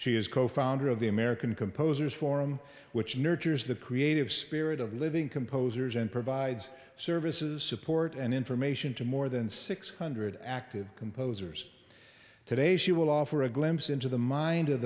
she is co founder of the american composers forum which nurtures the creative spirit of living composers and provides services support and information to more than six hundred active composers today she will offer a glimpse into the mind of